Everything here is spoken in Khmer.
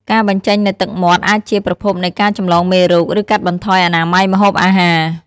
ការបញ្ចេញនូវទឹកមាត់អាចជាប្រភពនៃការចម្លងមេរោគ ឬកាត់បន្ថយអនាម័យម្ហូបអាហារ។